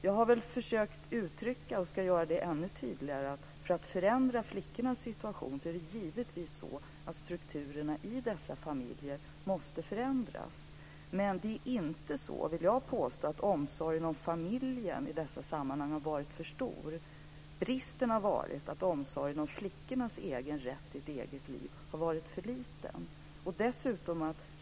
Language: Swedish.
Jag har försökt säga, och ska göra det ännu tydligare, att för att förändra flickornas situation måste givetvis strukturen i dessa familjer förändras. Men det är inte så att omsorgen om familjen i dessa sammanhang har varit för stor. Bristen har varit att omsorgen om flickornas rätt till ett eget liv har varit för liten.